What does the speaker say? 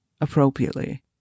appropriately